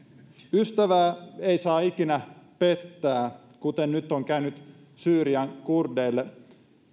ystävää ei saa ikinä pettää kuten nyt on käynyt syyrian kurdeille